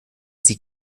sie